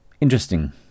Interesting